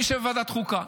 אני יושב בוועדת חוקה,